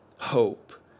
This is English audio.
hope